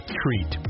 treat